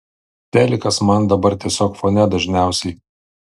telikas man dabar tiesiog fone dažniausiai